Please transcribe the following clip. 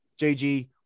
JG